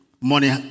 money